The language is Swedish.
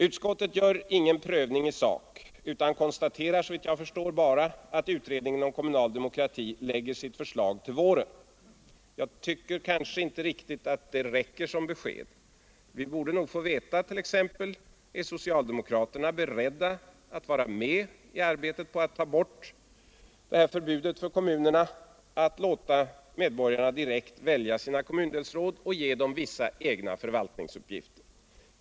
Utskottet gör ingen prövning i sak utan konstaterar bara, såvitt jag förstår, att utredningen om kommunal demokrati lägger sitt förslag till våren. Jag tycker inte att det räcker som besked. Vi borde t.ex. få veta om socialdemokraterna är beredda att vara med i arbetet på att ta bort förbudet för kommunerna att låta medborgarna direkt välja sina kommundelsråd och ge dessa vissa egna förvaltningsuppgifter.